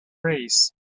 race